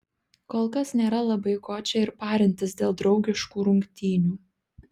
kolkas nėra labai ko čia ir parintis dėl draugiškų rungtynių